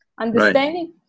Understanding